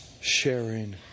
sharing